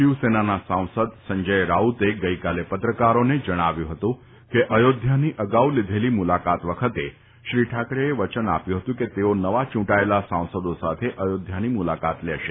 શિવસેનાના સાંસદ સંજય રાઉતે ગઇકાલે પત્રકારોને જણાવ્યું હતું કે અયોધ્યાની અગાઉ લીધેલી મુલાકાત વખતે શ્રી ઠાકરેએ વચન આપ્યું હતું કે તેઓ નવા ચૂંટાયેલા સાંસદો સાથે અયોધ્યાની મુલાકાત લેશે